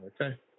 Okay